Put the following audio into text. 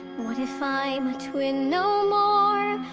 what if i'm a twin no more?